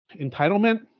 entitlement